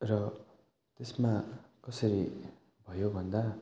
र त्यसमा कसरी भयो भन्दा